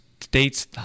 states